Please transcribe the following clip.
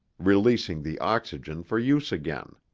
releasing the oxygen for use again.